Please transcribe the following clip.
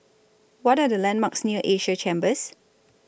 What Are The landmarks near Asia Chambers